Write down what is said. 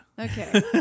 Okay